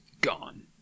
gone